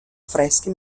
fresche